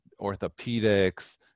orthopedics